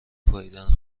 پائیدن